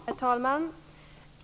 Herr talman!